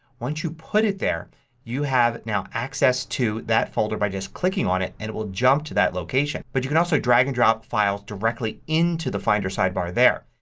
once you put it there you have now access to that folder by just clicking on it and it will jump to that location. but you can also drag and drop files directly into the finder sidebar there.